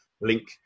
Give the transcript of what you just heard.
link